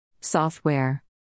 Software